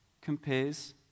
compares